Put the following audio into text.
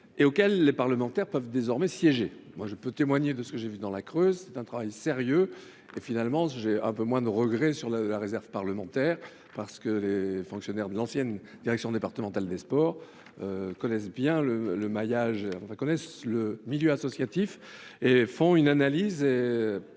sein duquel les parlementaires peuvent désormais déjà siéger. Je puis témoigner de ce que j'ai vu dans la Creuse : c'est un travail sérieux. J'ai un peu moins de regrets sur la réserve parlementaire, car les fonctionnaires de l'ancienne direction départementale des sports connaissent bien le milieu associatif et font des analyses